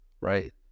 right